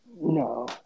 No